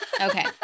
Okay